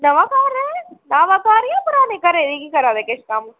नमां घर ऐ नमां घर जां पराने घरै दी गै करा दे किश कम्म